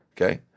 Okay